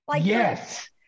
Yes